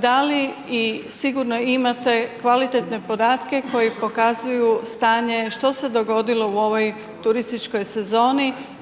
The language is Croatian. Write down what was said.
da li i sigurno imate kvalitetne podatke koji pokazuju stanje što se dogodilo u ovoj turističkoj sezoni,